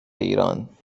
ایران